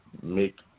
make